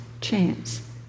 chance